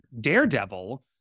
Daredevil